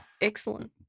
excellent